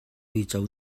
uico